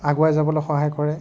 আগুৱাই যাবলৈ সহায় কৰে